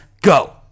go